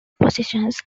positions